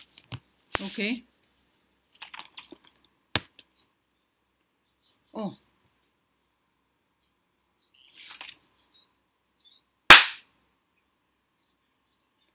okay oh